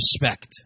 respect